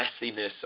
messiness